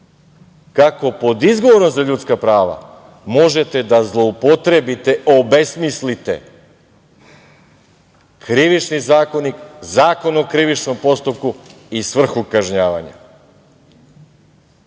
kako pod izgovorom za ljudska prava možete da zloupotrebite, obesmislite Krivični zakonik, Zakon o krivičnom postupku i svrhu kažnjavanja. Nažalost,